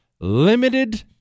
limited